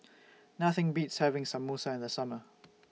Nothing Beats having Samosa in The Summer